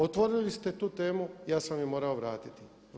Otvorili ste tu temu, ja sam je morao vratiti.